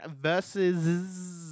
versus